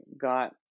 got